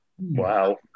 wow